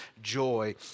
Joy